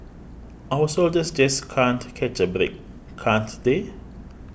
our soldiers just can't catch a break can't they